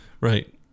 right